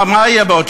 מה יהיה?